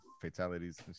fatalities